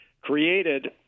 created